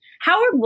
Howard